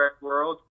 world